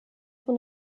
von